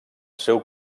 seu